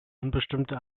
unbestimmte